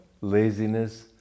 laziness